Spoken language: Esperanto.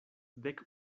dek